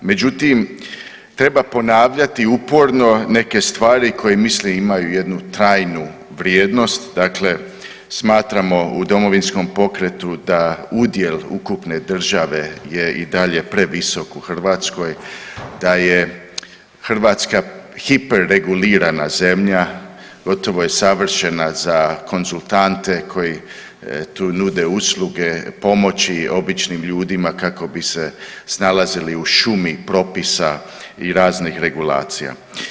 Međutim, treba ponavljati uporno neke stvari koje mislim imaju jednu trajnu vrijednost, dakle smatramo u Domovinskom pokretu da udjel ukupne države je i dalje previsok u Hrvatskoj, da je Hrvatska hiper regulirana zemlja, gotovo je savršena za konzultante koji tu nude usluge, pomoći običnim ljudima kako bi se snalazili u šumi propisa i raznih regulacija.